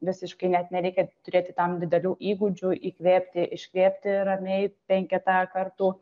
visiškai net nereikia turėti tam didelių įgūdžių įkvėpti iškvėpti ramiai penketą kartų